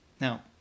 Now